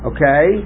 Okay